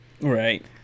Right